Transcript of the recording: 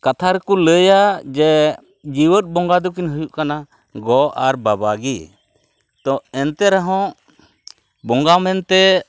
ᱠᱟᱛᱷᱟᱨᱮᱠᱚ ᱞᱟᱹᱭᱟ ᱡᱮ ᱡᱤᱣᱮᱫ ᱵᱚᱸᱜᱟ ᱫᱚᱠᱤᱱ ᱦᱩᱭᱩᱜ ᱠᱟᱱᱟ ᱜᱚ ᱟᱨ ᱵᱟᱵᱟᱜᱮ ᱛᱚ ᱮᱱᱛᱮ ᱨᱮᱦᱚᱸ ᱵᱚᱸᱜᱟ ᱢᱮᱱᱛᱮ